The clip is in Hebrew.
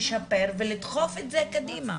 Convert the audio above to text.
לשפר ולדחוף את זה קדימה.